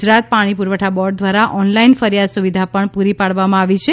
ગુજરાત પાણી પુરવઠા બોર્ડ દ્વારા ઓનલાઇન ફરિયાદ સુવિધા પણ પુરી પાડવામાં આવી છે